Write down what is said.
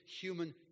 human